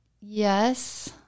Yes